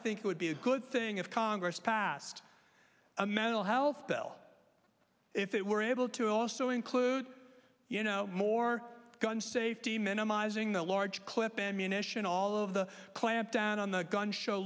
think it would be a good thing if congress passed a mental health bill if it were able to also include you know more gun safety minimizing the large clip ammunition all of the clampdown on the gun show